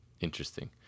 Interesting